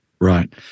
Right